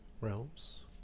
realms